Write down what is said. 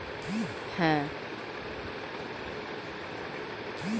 যে হারে কোনো টাকার ওপর সুদ কাটা হয় তাকে ইন্টারেস্ট রেট বলে